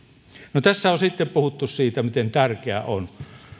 tässä on sitten puhuttu siitä miten tärkeää on